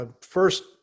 First